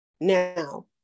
now